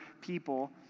people